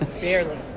Barely